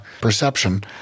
perception